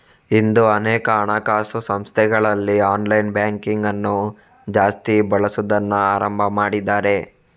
ಇಂದು ಅನೇಕ ಹಣಕಾಸು ಸಂಸ್ಥೆಗಳಲ್ಲಿ ಆನ್ಲೈನ್ ಬ್ಯಾಂಕಿಂಗ್ ಅನ್ನು ಜಾಸ್ತಿ ಬಳಸುದನ್ನ ಆರಂಭ ಮಾಡಿದ್ದಾರೆ